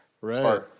Right